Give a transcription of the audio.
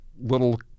little